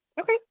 Okay